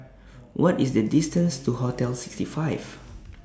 What IS The distance to Hotel sixty five